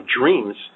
dreams